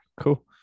cool